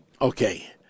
Okay